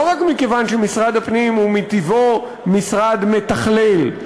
לא רק מכיוון שמשרד הפנים הוא מטבעו משרד מתכלל,